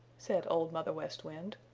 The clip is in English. said old mother west wind.